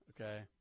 okay